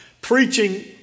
preaching